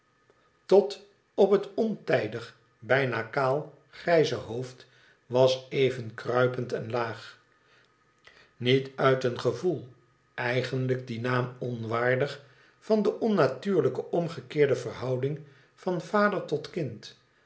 tot op het ontijdig bijna kaal grijze hoofd was even kruipend en laag niet uit een gevoel eigenlijk dien naam onwaardig van deonnatuurlijke omgekeerde verhouding van vader tot kind